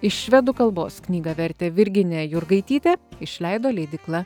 iš švedų kalbos knygą vertė virginija jurgaitytė išleido leidykla